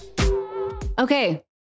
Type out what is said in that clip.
Okay